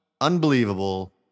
unbelievable